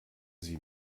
sie